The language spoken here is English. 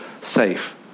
safe